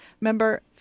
member